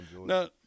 Now